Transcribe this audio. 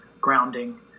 grounding